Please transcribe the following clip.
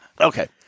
Okay